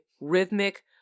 rhythmic